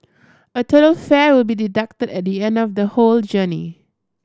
a total fare will be deducted at the end of the whole journey